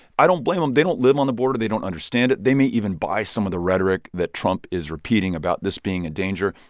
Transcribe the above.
i don't blame them. they don't live on the border. they don't understand it. they may even buy some of the rhetoric that trump is repeating about this being a danger.